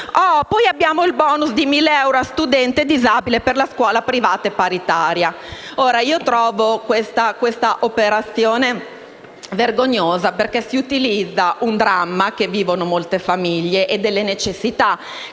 Poi abbiamo il *bonus* di 1.000 euro a studente disabile per la scuola privata e paritaria. Trovo questa operazione vergognosa, perché si utilizza un dramma che vivono molte famiglie con le relative necessità,